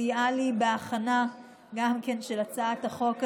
שסייעה לי בהכנה של הצעת החוק הזו,